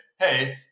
hey